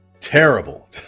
Terrible